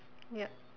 yup